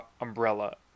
umbrella